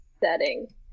setting